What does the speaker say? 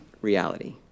reality